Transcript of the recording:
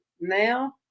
now